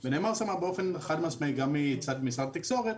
ונאמר שם באופן חד משמעי גם מצד משרד התקשורת